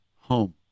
home